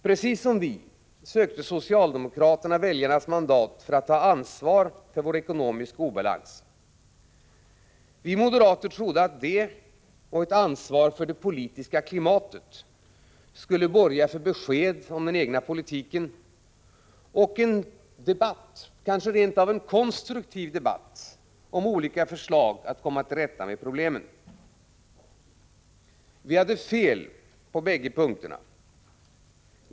Precis som vi sökte socialdemokraterna väljarnas mandat för att ta ansvar för vår ekonomiska obalans. Vi moderater trodde att detta och ett ansvar för det politiska klimatet skulle borga för besked om den egna politiken och en konstruktiv debatt om olika förslag att komma till rätta med problemen. Vi hade fel på bägge punkterna.